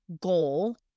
goal